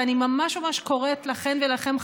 ואני ממש ממש קוראת לכן ולכם,